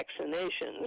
vaccinations